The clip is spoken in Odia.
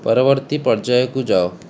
ପରବର୍ତ୍ତୀ ପର୍ଯ୍ୟାୟକୁ ଯାଅ